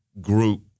group